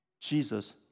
Jesus